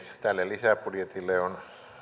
tälle lisäbudjetille on